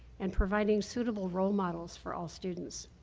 and providing suitable role models for all students.